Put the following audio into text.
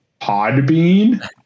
Podbean